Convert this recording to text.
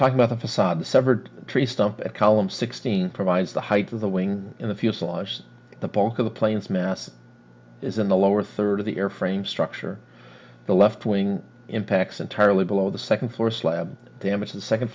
talk about the facade the severed tree stump a column sixteen provides the height of the wing in the fuselage the bulk of the planes mass is in the lower third of the airframe structure the left wing impacts entirely below the second floor slab damage the second